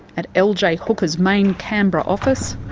at ah lj ah hooker's main canberra office,